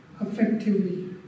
effectively